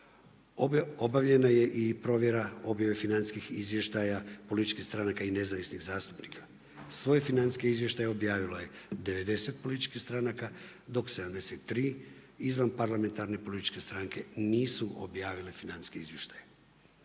Obavljena je i provjera objava financijskih izvještaja političkih stranaka i nezavisnih zastupnika. Svoje financijske izvještaje objavilo je 90 političkih stranaka dok 73 izvan parlamentarne političke stranke nisu objavile financijske izvještaje.